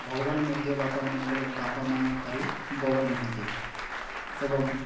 ଭଗବାନ ମଧ୍ୟ ବାପାମାନଙ୍କର ବାପା ମାଆଠାରୁ ବଡ଼ ନୁହନ୍ତି ଏବଂ